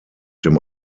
dem